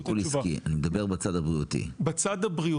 אני מדבר על הצד הבריאותי אתה אומר שצריך --- בצד הבריאותי